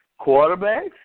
Quarterbacks